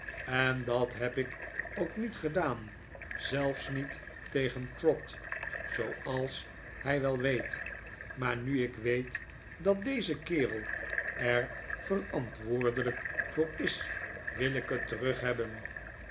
en dat heb ik ook niet gedaan zelfs niet tegen trot zooals hij wel weet maar nu ik weet dat deze kerel er verantwoordelijk voor is wil ik het terughebben